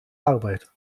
arbeit